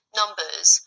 numbers